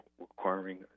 requiring